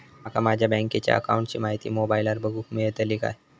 माका माझ्या बँकेच्या अकाऊंटची माहिती मोबाईलार बगुक मेळतली काय?